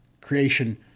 creation